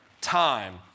time